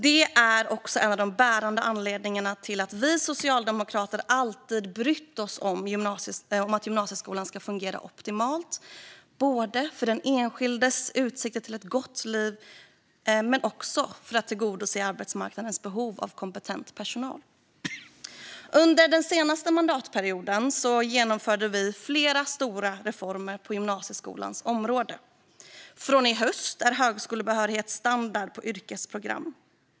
Det är en av de bärande anledningarna till att vi socialdemokrater alltid har brytt oss om att gymnasieskolan ska fungera optimalt. Det handlar både om den enskilde individens utsikter till ett gott liv och om att tillgodose arbetsmarknadens behov av kompetent personal. Under den senaste mandatperioden genomförde vi flera stora reformer på gymnasieskolans område. Från i höst är högskolebehörighet standard på yrkesprogrammen.